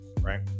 right